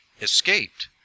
escaped